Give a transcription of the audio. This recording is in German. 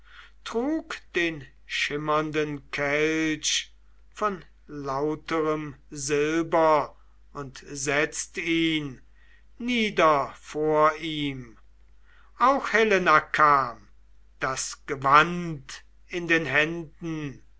trug den schimmernden kelch von lauterem silber und setzt ihn nieder vor ihm auch helena kam das gewand in den händen